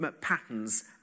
patterns